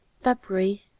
February